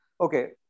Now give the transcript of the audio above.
Okay